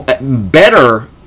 better